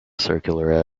circular